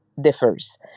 differs